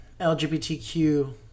LGBTQ